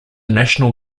national